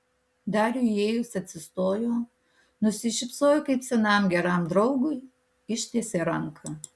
dariui įėjus atsistojo nusišypsojo kaip senam geram draugui ištiesė ranką